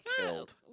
killed